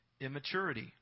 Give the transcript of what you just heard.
immaturity